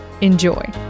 Enjoy